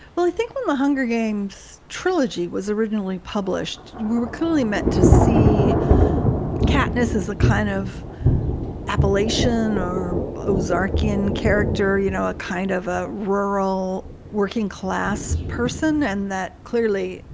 well, i think the hunger games trilogy was originally published. we were actually meant to see katniss as a kind of appellation or ozark in character, you know, a kind of a rural working class person. and that clearly,